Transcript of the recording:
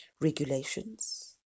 regulations